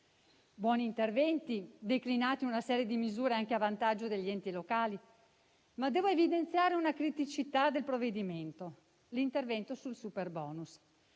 buoni interventi, declinati in una serie di misure anche a vantaggio degli enti locali, ma devo evidenziare una criticità del provvedimento: l'intervento sul superbonus.